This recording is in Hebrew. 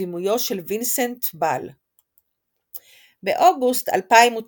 בבימויו של וינסנט באל באוגוסט 2019